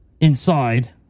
inside